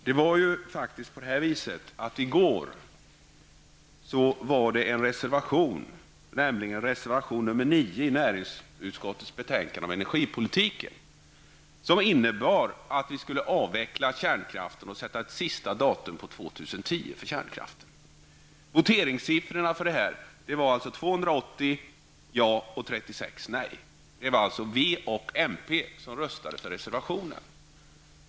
I ett av de betänkanden vi debatterade igår, nämligen näringsutskottets betänkande om energipolitiken, fanns en reservation, nr 9, som innebar att vi skulle avveckla kärnkraften och sätta upp år 2010 som ett slutdatum för kärnkraften. Voteringssiffrorna för reservationen blev 280 ja och 36 nej. V och mp röstade för reservationen.